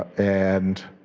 and